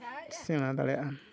ᱥᱮᱬᱟ ᱫᱟᱲᱮᱭᱟᱜᱼᱟ